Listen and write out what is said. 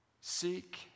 Seek